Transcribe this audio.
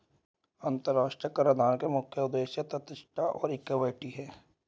अंतर्राष्ट्रीय कराधान के मुख्य उद्देश्य तटस्थता और इक्विटी हैं